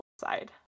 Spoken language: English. side